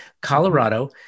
colorado